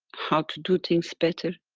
how to do things better.